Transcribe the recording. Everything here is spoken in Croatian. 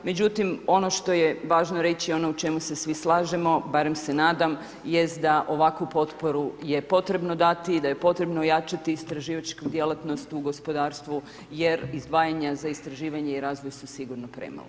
Međutim ono što je važno reći i ono u čemu se svi slažemo, barem se nadam, jest da ovakvu potporu je potrebno dati i da je potrebno ojačati istraživačku djelatnost u gospodarstvu jer izdvajanja za istraživanja i razvoj su sigurno premalo.